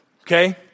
Okay